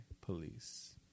police